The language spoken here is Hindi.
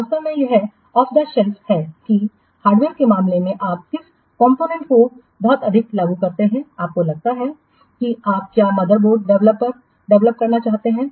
वास्तव में यह ऑफ द सेल्फ है कि हार्डवेयर के मामले में आप किस कॉम्पोनेंट को बहुत अधिक लागू करते हैं आपको लगता है कि आप क्या मदरबोर्ड डेवलप करना चाहते हैं